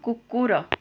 କୁକୁର